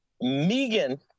Megan